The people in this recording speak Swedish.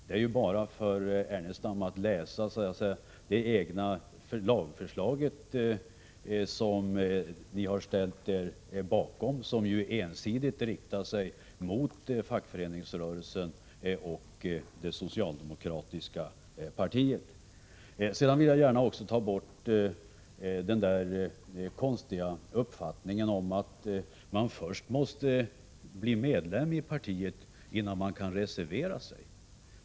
Det är bara för Lars Ernestam att läsa det lagförslag som ni har ställt er bakom: det riktar sig ensidigt mot fackföreningsrörelsen och det socialdemokratiska partiet. Jag vill gärna ta bort den konstiga uppfattningen att man först måste bli medlem innan man kan reservera sig.